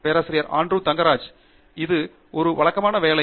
பேராசிரியர் ஆண்ட்ரூ தங்கராஜ் அது ஒரு வழக்கமான வேலை